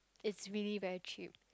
it's really very cheap